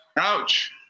Ouch